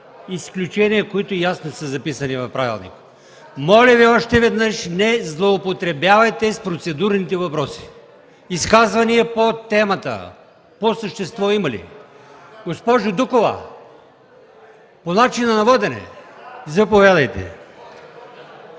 изключения, които ясно са записани в правилника. Моля Ви още веднъж – не злоупотребявайте с процедурните въпроси! Има ли изказвания по темата? Госпожа Дукова – по начина на водене. Заповядайте.